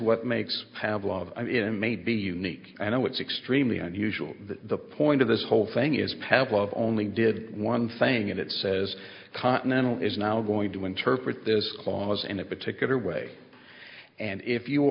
what makes pavlov maybe unique i know it's extremely unusual the point of this whole thing is pavlov only did one thing and it says continental is now going to interpret this clause in a particular way and if you